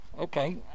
Okay